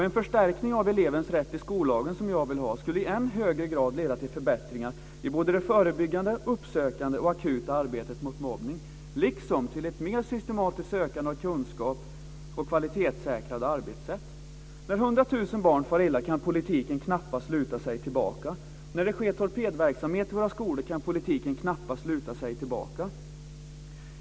En förstärkning av elevens rätt i skollagen, som jag vill ha, skulle i än högre grad leda till förbättringar i det förebyggande, uppsökande och akuta arbetet mot mobbning, liksom till ett mer systematiskt sökande efter kunskap och kvalitetssäkrade arbetssätt. När 100 000 barn far illa kan politiken knappast luta sig tillbaka. När det sker torpedverksamhet i våra skolor kan politiken knappast luta sig tillbaka.